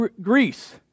Greece